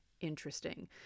interesting